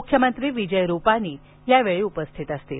मुख्यमंत्री विजय रूपानी यावेळी उपस्थित असतील